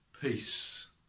peace